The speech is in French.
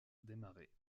démarrer